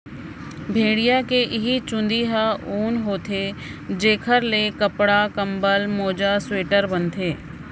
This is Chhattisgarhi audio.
भेड़िया के इहीं चूंदी ह ऊन होथे जेखर ले कपड़ा, कंबल, मोजा, स्वेटर बनथे